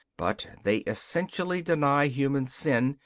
but they essentially deny human sin,